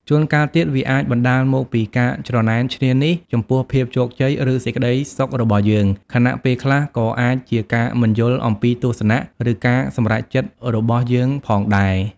ជួនកាលទៀត វាអាចបណ្តាលមកពីការច្រណែនឈ្នានីសចំពោះភាពជោគជ័យ ឬសេចក្តីសុខរបស់យើង ខណៈពេលខ្លះក៏អាចជាការមិនយល់អំពីទស្សនៈ ឬការសម្រេចចិត្តរបស់យើងផងដែរ។